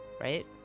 right